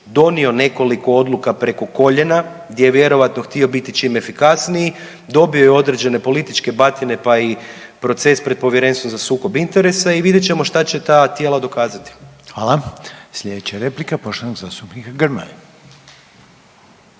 donio nekoliko odluka preko koljena gdje je vjerovatno htio biti čim efikasniji, dobio je određene političke batine pa i proces pred Povjerenstvom za sukob interesa i vidjet ćemo šta će ta tijela dokazati. **Reiner, Željko (HDZ)** Hvala. Sljedeća replika je poštovanog zastupnika Grmoje.